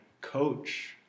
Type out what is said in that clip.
coach